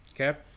okay